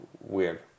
weird